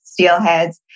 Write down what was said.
steelheads